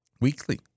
weekly